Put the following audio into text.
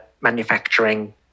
manufacturing